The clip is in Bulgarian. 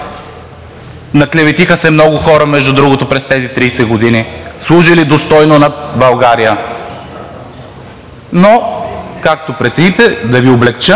Наклеветиха се много хора, между другото, през тези 30 години, служили достойно на България. Но както прецените. Да Ви облекча